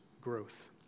Growth